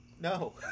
No